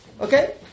Okay